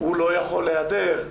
הוא לא יכול להיעדר,